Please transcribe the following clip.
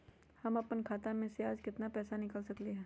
हम अपन खाता में से आज केतना पैसा निकाल सकलि ह?